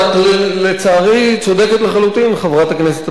לצערי, את צודקת לחלוטין, חברת הכנסת אבסדזה.